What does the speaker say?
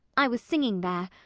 i was singing there.